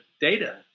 data